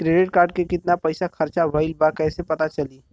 Credit card के कितना पइसा खर्चा भईल बा कैसे पता चली?